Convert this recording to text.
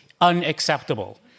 unacceptable